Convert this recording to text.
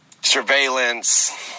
surveillance